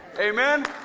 Amen